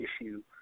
issue